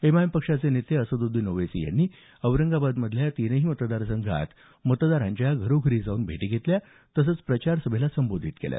MIM पक्षाचे नेते असदृद्दीन ओवेसी यांनी औरंगाबादमधील तिनही मतदार संघांत मतदारांच्या घरोघरी जाऊन भेटी घेतल्या तसंच प्रचार सभांना संबोधित केलं